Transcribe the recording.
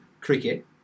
cricket